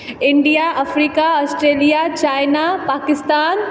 India Africa Australia China Pakistan